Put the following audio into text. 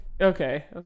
Okay